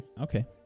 Okay